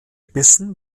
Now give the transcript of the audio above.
bissen